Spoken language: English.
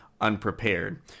unprepared